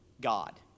God